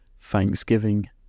thanksgiving